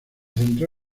centró